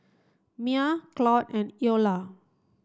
Miah Claud and Eola